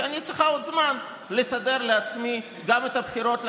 כי אני צריכה עוד זמן לסדר לעצמי גם את הבחירות לכנסת.